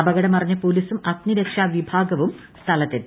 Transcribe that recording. അപകടം അറിഞ്ഞ് പോലീസും അഗ്നിരക്ഷാ വിഭാഗവും സ്ഥലത്തെത്തി